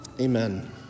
Amen